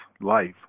life